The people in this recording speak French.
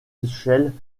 échelles